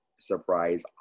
surprise